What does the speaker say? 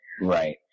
Right